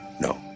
No